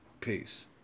Peace